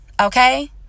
okay